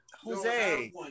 Jose